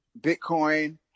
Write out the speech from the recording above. Bitcoin